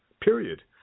Period